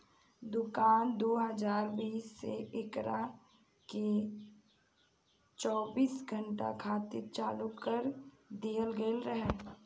दुकान दू हज़ार बीस से एकरा के चौबीस घंटा खातिर चालू कर दीहल गईल रहे